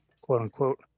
quote-unquote